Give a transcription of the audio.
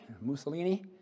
Mussolini